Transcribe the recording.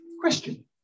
question